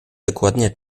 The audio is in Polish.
dokładnie